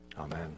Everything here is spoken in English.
Amen